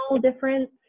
difference